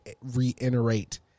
reiterate